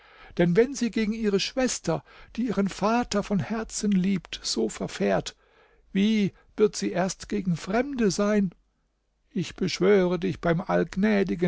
denn wenn sie gegen ihre schwester die ihr vater von herzen liebt so verfährt wie wird sie erst gegen fremde sein ich beschwöre dich beim